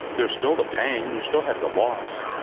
there's still the pain. you still have the loss.